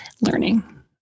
learning